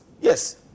yes